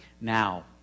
now